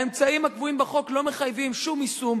האמצעים הקבועים בחוק לא מחייבים שום יישום.